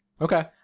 Okay